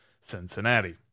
Cincinnati